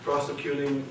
Prosecuting